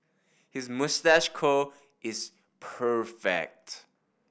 his moustache curl is perfect